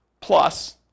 Plus